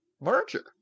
merger